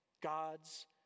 God's